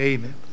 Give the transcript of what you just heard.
Amen